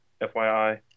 FYI